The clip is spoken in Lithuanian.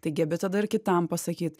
tai gebi tada ir kitam pasakyt